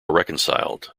reconciled